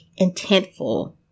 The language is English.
intentful